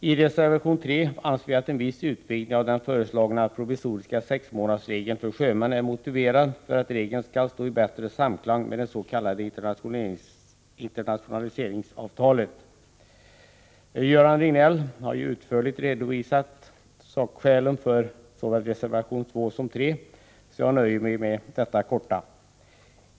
I reservation 3 hävdar vi att en viss utvidgning av den föreslagna provisoriska sexmånadersregeln för sjömän är motiverad för att regeln skall stå i bättre samklang med det s.k. internationaliseringsavtalet. Göran Riegnell har utförligt redovisat sakskälen för reservationerna 2 och 3, så jag kan nöja mig med detta korta konstaterande.